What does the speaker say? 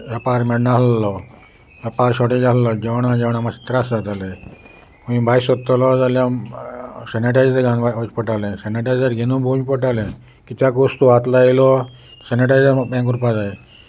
येपार मेळना आसलो येपार शॉर्टेज आसलो जेवणा जेवणां मात्शे त्रास जाताले खंय भायर सोदतलो जाल्यार सॅनिटायजर घेवन वचपा पडटाले सॅनिटायजर घेवन भोवंच पडटालें कित्याक वस्तू हात लायलो सॅनिटायजर हें कोरपा जाय